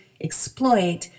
exploit